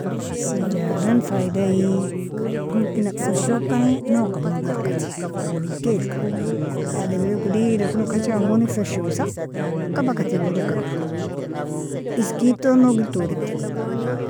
Sejadan faidaie, momkina firshokani nogka manzarka teh, awalinkelka adamri digdekolog kajekan goni firshosa kabaka tigoja kabro, iskedton nogel torinkemo.